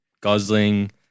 Gosling